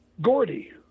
Gordy